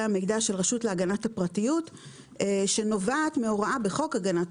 המידע של רשות להגנת הפרטיות שנובעת מהוראה בחוק הגנת